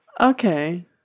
Okay